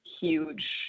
huge